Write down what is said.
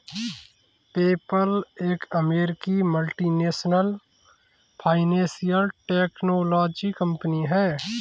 PayPal एक अमेरिकी multinational financial technology company है